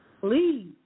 Please